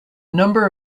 number